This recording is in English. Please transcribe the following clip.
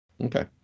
Okay